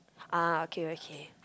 ah okay okay